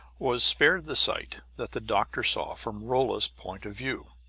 was spared the sight that the doctor saw from rolla's point of view.